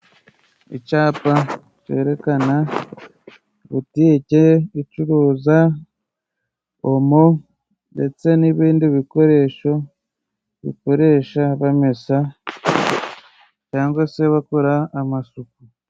Icapa cerekana butike icuruza omo ,ndetse n'ibindi bikoresho bakoresha bamesa cyangwa se bakora amasuku.